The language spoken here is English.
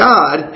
God